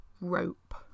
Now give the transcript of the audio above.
Rope